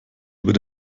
über